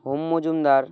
home Majumdar